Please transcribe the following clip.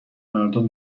مردم